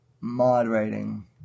moderating